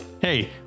Hey